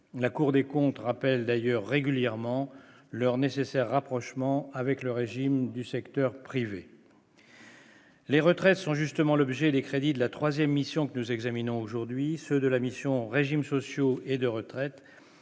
la Cour des comptes, rappelle d'ailleurs régulièrement leur nécessaire rapprochement avec le régime du secteur privé. Les retraits sont justement l'objet des crédits de la 3ème, mission que nous examinons aujourd'hui ceux de la mission régimes sociaux et de retraite